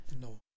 No